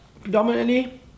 predominantly